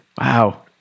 Wow